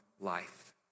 life